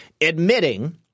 admitting